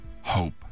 hope